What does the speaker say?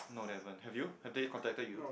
no haven't have you have they contacted you